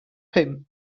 him